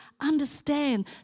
Understand